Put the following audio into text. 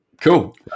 cool